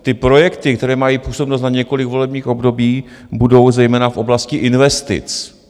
Ty projekty, které mají působnost na několik volebních období, budou zejména v oblasti investic.